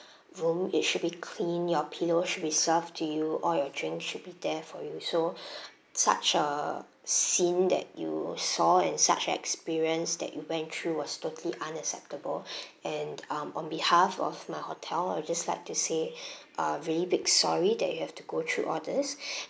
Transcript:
room it should be clean your pillow should be served to you all your drinks should be there for you so such a scene that you saw and such an experience that you went through was totally unacceptable and um on behalf of my hotel I'll just like to say a very big sorry that you have to go through all these